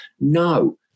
No